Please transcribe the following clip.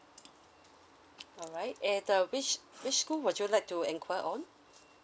alright and uh which which school would you like to inquire on